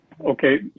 Okay